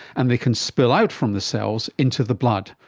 and they can spill out from the cells into the blood.